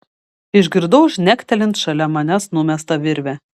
išgirdau žnektelint šalia manęs numestą virvę